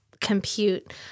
compute